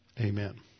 Amen